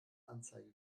anzeige